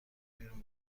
بیرون